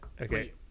Okay